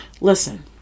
Listen